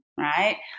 Right